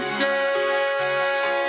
say